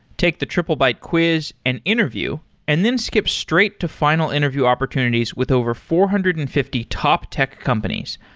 take the triplebyte quiz and interview and then skip straight to final interview opportunities with over four hundred and fifty top tech companies,